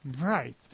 Right